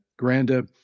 Granda